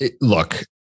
look